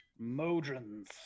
Modrons